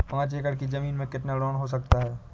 पाँच एकड़ की ज़मीन में कितना लोन हो सकता है?